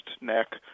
neck